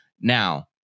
Now